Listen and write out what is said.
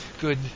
good